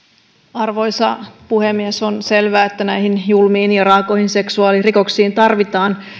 arvoisa puhemies on selvää että näihin julmiin ja raakoihin seksuaalirikoksiin tarvitaan